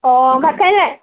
অঁ ভাত খালি নাই